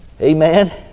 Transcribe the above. Amen